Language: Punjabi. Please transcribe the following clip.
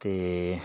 ਅਤੇ